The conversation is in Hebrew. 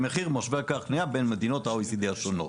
בין מדינות ה-OECD השונות.